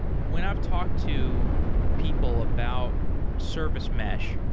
when i talk to people about service mesh,